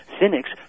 Cynics